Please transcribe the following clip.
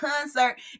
concert